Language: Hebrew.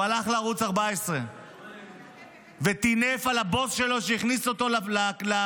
הוא הלך לערוץ 14 וטינף על הבוס שלו שהכניס אותו לפוליטיקה,